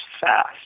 fast